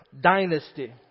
dynasty